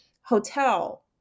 hotel